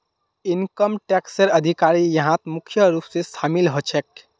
income टैक्सेर अधिकारी यहात मुख्य रूप स शामिल ह छेक